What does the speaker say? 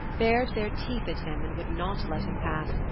bared their teeth at him and would not let him pass,